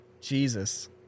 Jesus